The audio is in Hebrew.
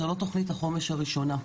זו לא תוכנית החומש הראשונה.